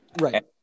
Right